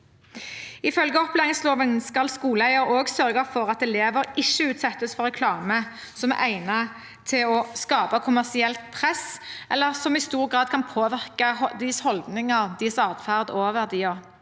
Ifølge opplæringsloven skal skoleeier også sørge for at elever ikke utsettes for reklame som er egnet til å skape kommersielt press, eller som i stor grad kan påvirke deres holdninger, atferd og verdier.